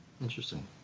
Interesting